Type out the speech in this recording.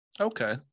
okay